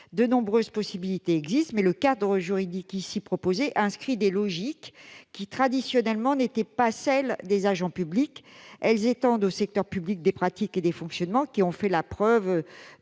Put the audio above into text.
De nombreuses possibilités existent, mais le cadre juridique proposé retient des logiques qui, traditionnellement, n'étaient pas celles des agents publics : elles étendent au secteur public des pratiques et des fonctionnements qui ont fait la preuve